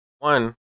One